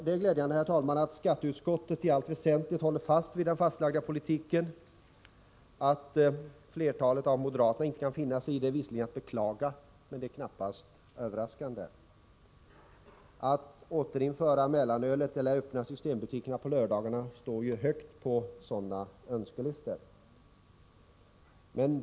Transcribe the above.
Det är, herr talman, glädjande att skatteutskottet i allt väsentligt håller fast vid den fastlagda politiken. Att flertalet av moderaterna inte kan finna sig i det är visserligen att beklaga, men det är knappast överraskande. Att återinföra mellanölet eller öppna systembutikerna på lördagarna är förslag som står högt på moderaternas önskelistor.